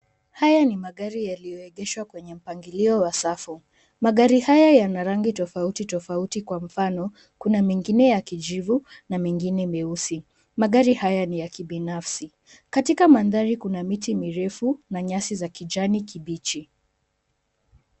Haya ni magari yaliyoegeshwa kwenye mpangilio wa safu. Magari haya yana rangi tofauti tofauti, kwa mfano kuna mengine ya kijivu na mengine meusi. Magari haya ni ya kibinafsi. Katika mandhari kuna miti mirefu na nyasi za kijani kibichi.